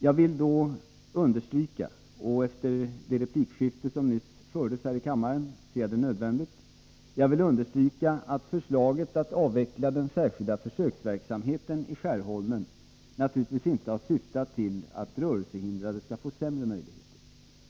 Jag vill då understryka — och efter det replikskifte som nyss fördes här i kammaren ser jag det som nödvändigt — att förslaget att avveckla den särskilda försöksverksamheten i Skärholmen naturligtvis inte syftar till att de rörelsehindrade skall få sämre möjligheter.